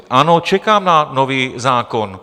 Ano, čekám na nový zákon.